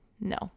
no